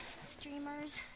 Streamers